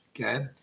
okay